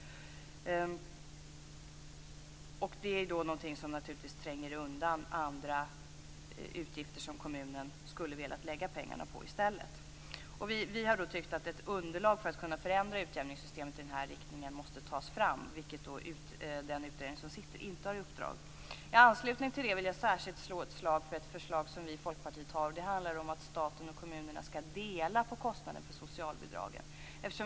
Det är någonting som naturligtvis tränger undan andra utgifter, där kommunen skulle ha velat lägga pengarna på annat i stället. Vi har då tyckt att ett underlag för att kunna förändra utjämningssystemet i den här riktningen måste tas fram, vilket den utredning som sitter inte har i uppdrag att göra. I anslutning till det vill jag särskilt slå ett slag för ett förslag som vi i Folkpartiet har, och det handlar om att staten och kommunerna skall dela på kostnaderna för socialbidragen.